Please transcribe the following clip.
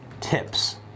tips